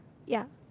ya